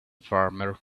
farmer